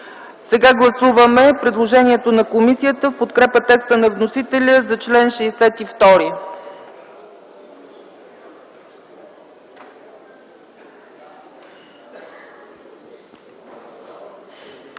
Гласуваме предложението на комисията в подкрепа текста на вносителя за чл. 62.